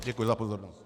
Děkuji za pozornost.